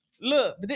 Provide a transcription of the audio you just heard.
Look